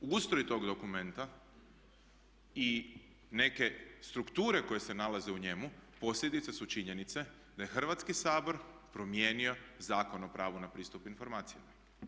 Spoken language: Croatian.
Ustroj tog dokumenta i neke strukture koje se nalaze u njemu posljedice su činjenice da je Hrvatski sabor promijenio Zakon o pravu na pristup informacijama.